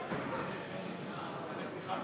אנחנו ממשיכים